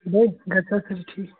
بیٚیہِ گَرٕ چھا سٲری ٹھیٖک